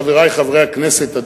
חברי חברי הכנסת,